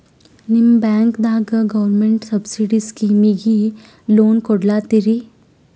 ನಿಮ ಬ್ಯಾಂಕದಾಗ government subsidy ಸ್ಕೀಮಿಗಿ ಲೊನ ಕೊಡ್ಲತ್ತೀರಿ?